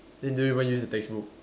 then they don't even use the textbook